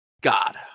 god